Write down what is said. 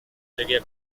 sequía